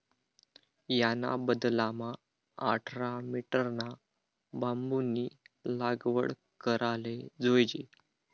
याना बदलामा आठरा मीटरना बांबूनी लागवड कराले जोयजे